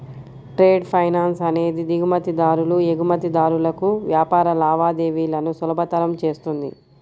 trade finance అనేది దిగుమతిదారులు, ఎగుమతిదారులకు వ్యాపార లావాదేవీలను సులభతరం చేస్తుంది